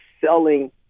selling